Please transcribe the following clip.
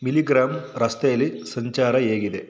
milligram ರಸ್ತೆಯಲ್ಲಿ ಸಂಚಾರ ಹೇಗಿದೆ